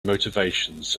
motivations